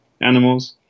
animals